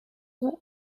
were